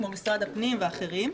משרד הפנים ואחרים.